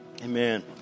Amen